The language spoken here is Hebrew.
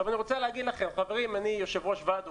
אני יושב-ראש ועד עובדים.